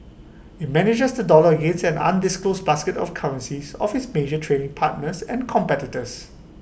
IT manages the dollar against an undisclosed basket of currencies of its major trading partners and competitors